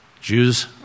Jews